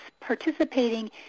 participating